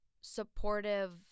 supportive